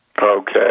Okay